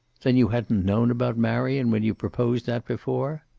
then you hadn't known about marion when you proposed that before?